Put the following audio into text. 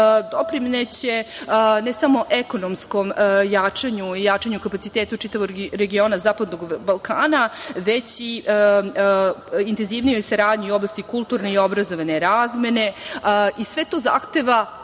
doprineće ne samo ekonomskom jačanju i jačanju kapaciteta čitavog regiona Zapadnog Balkana, već i intenzivnijoj saradnji u oblasti kulturne i obrazovne razmene i sve to zahteva